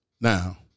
Now